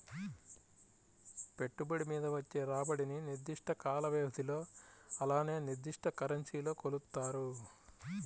పెట్టుబడి మీద వచ్చే రాబడిని నిర్దిష్ట కాల వ్యవధిలో అలానే నిర్దిష్ట కరెన్సీలో కొలుత్తారు